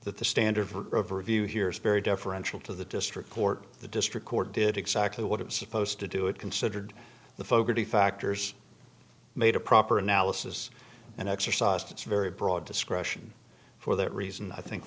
that the standard for review here is very deferential to the district court the district court did exactly what it was supposed to do it considered the fogarty factors made a proper analysis and exercised its very broad discretion for that reason i think